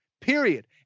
period